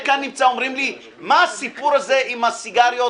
אומרים לי, מה הסיפור הזה עם הסיגריות,